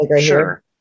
Sure